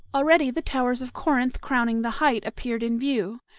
already the towers of corinth crowning the height appeared in view,